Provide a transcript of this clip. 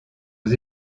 aux